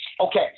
Okay